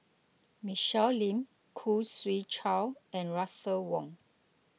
Michelle Lim Khoo Swee Chiow and Russel Wong